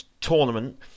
tournament